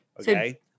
Okay